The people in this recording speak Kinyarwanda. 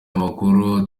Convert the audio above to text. amakuru